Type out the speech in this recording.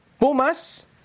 Pumas